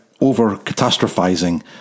over-catastrophizing